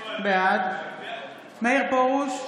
בעד מאיר פרוש,